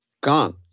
Gone